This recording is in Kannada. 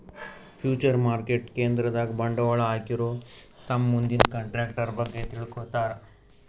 ಫ್ಯೂಚರ್ ಮಾರ್ಕೆಟ್ ಕೇಂದ್ರದಾಗ್ ಬಂಡವಾಳ್ ಹಾಕೋರು ತಮ್ ಮುಂದಿನ ಕಂಟ್ರಾಕ್ಟರ್ ಬಗ್ಗೆ ತಿಳ್ಕೋತಾರ್